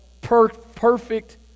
perfect